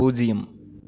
பூஜ்யம்